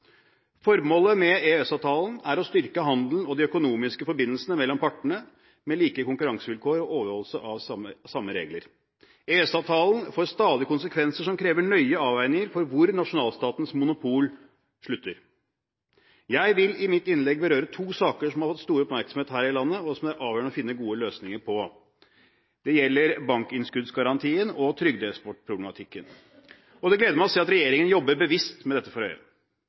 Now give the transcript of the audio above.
Formålet med EØS-avtalen er å styrke handelen og de økonomiske forbindelsene mellom partene, med like konkurransevilkår og overholdelse av samme regler. EØS-avtalen får stadig konsekvenser som krever nøye avveininger for hvor nasjonalstatens monopol slutter. Jeg vil i mitt innlegg berøre to saker som har fått stor oppmerksomhet her i landet, og som det er avgjørende å finne gode løsninger på. Det gjelder bankinnskuddsgarantien og trygdeeksportproblematikken. Det gleder meg å se at regjeringen jobber bevisst med dette for